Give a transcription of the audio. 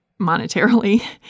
monetarily